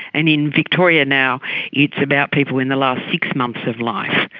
and in victoria now it's about people in the last six months of life.